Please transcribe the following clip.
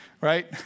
right